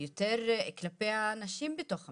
כלפי הנשים בתוך המשפחה.